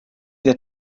that